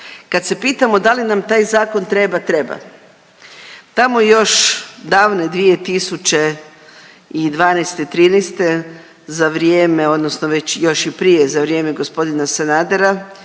Kad se pitamo da li nam taj zakon treba, treba. Tamo još davne 2012., '13. za vrijeme odnosno već još i prije, za vrijeme gospodina Sanadera